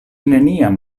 neniam